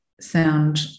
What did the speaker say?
sound